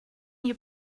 you